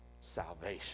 Salvation